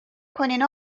کنین